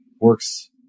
works